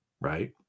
right